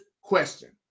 question